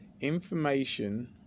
Information